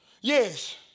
yes